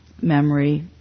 memory